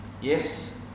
Yes